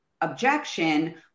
objection